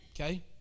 Okay